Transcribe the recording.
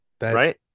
Right